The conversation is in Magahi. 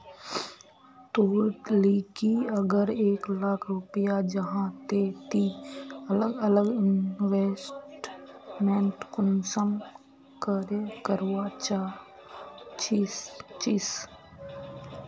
तोर लिकी अगर एक लाख रुपया जाहा ते ती अलग अलग इन्वेस्टमेंट कुंसम करे करवा चाहचिस?